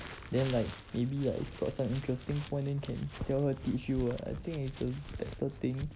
then like maybe like got some interesting point then can tell her teach you [what] I think it's a better thing